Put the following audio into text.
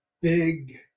big